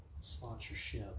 sponsorship